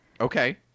Okay